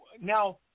now